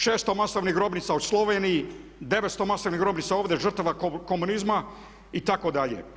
600 masovnih grobnica u Sloveniji, 900 masovnih grobnica ovdje žrtava komunizma itd.